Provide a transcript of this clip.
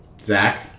Zach